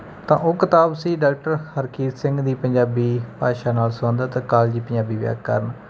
ਤਾਂ ਉਹ ਕਿਤਾਬ ਸੀ ਡਾਕਟਰ ਹਰਕੀਤ ਸਿੰਘ ਦੀ ਪੰਜਾਬੀ ਭਾਸ਼ਾ ਨਾਲ ਸੰਬੰਧਿਤ ਕਾਲਜੀ ਪੰਜਾਬੀ ਵਿਆਕਰਣ